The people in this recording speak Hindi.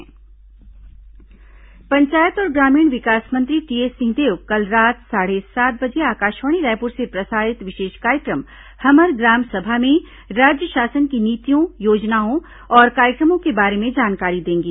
हमर ग्राम सभा पंचायत और ग्रामीण विकास मंत्री टीएस सिंहदेव कल रात साढ़े सात बजे आकाशवाणी रायपुर से प्रसारित विशेष कार्यक्रम हमर ग्राम सभा में राज्य शासन की नीतियों योजनाओं और कार्यक्रमों के बारे में जानकारी देंगे